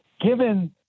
given